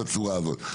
בצורה הזאת.